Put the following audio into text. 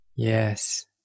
Yes